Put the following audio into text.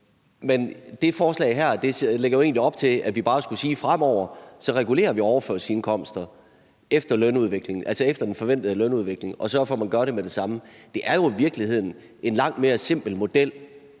Men det forslag her lægger jo egentlig op til, at vi bare skulle sige, at fremover regulerer vi overførselsindkomster efter lønudviklingen, altså efter den forventede lønudvikling, og at vi sørger for at gøre det med det samme. Det er jo i virkeligheden en langt mere simpel model